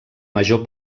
major